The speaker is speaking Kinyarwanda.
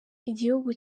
igihugu